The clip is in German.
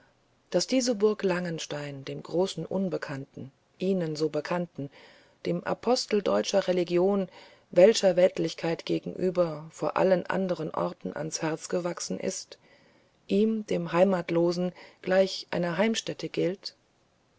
daß diese burg langenstein dem großen unbekannten ihnen so bekannten dem apostel deutscher religion welscher weltlichkeit gegenüber vor allen anderen orten ans herz gewachsen ist ihm dem heimatlosen gleich einer heimstätte gilt